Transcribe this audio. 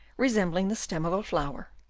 resembling the stem of a flower,